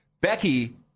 Becky